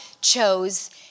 chose